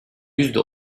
yüzde